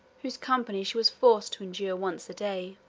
whose company she was forced to endure once a day.